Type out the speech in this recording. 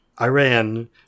Iran